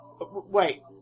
wait